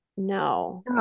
No